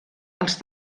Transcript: els